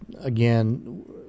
again